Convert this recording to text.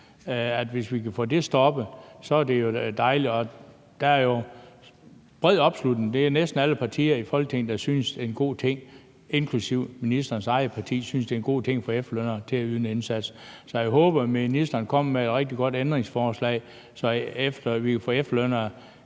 Hvis vi kan få det stoppet, er det jo dejligt. Der er jo bred opslutning til det, for det er næsten alle partier i Folketinget, inklusive ministerens eget parti, der synes, det er en god ting for efterlønnere, at de kan komme til at yde en indsats. Så jeg håber, at ministeren kommer med et rigtig godt ændringsforslag, så vi kan give